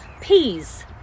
peas